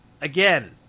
again